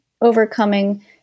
overcoming